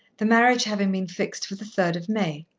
the marriage having been fixed for the third of may.